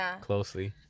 closely